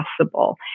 possible